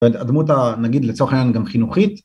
ואת הדמות הנגיד לצורך העניין גם חינוכית.